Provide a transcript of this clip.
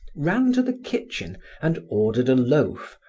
ran to the kitchen and ordered a loaf,